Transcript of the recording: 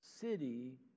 city